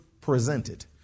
presented